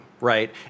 Right